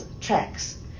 tracks